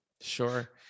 sure